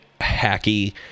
hacky